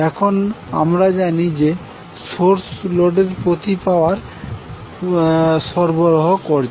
এখন আমরা জানি যে সোর্স লোডের প্রতি পাওয়ার সরবরাহ করছে